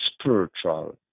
spiritual